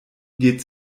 geht